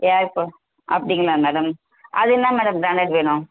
அப்படிங்களா மேடம் அது என்ன மேடம் பிராண்டட் வேணும்